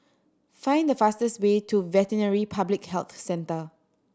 find the fastest way to Veterinary Public Health Centre